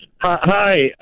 Hi